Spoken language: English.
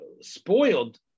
spoiled